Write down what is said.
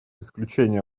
исключение